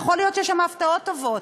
יכול להיות שיש שם הפתעות טובות,